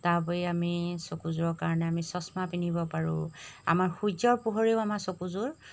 তাৰোপৰি আমি চকুযোৰৰ কাৰণে আমি চছমা পিন্ধিব পাৰোঁ আমাৰ সূৰ্যৰ পোহৰেও আমাৰ চকুযোৰ